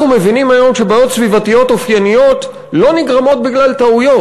אנחנו מבינים היום שבעיות סביבתיות אופייניות לא נגרמות בגלל טעויות.